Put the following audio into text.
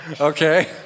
okay